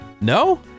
No